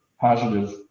positive